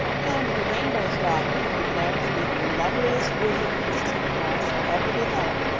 and the rainbow's daughter he declared to be the loveliest vision his tin eyes had ever beheld.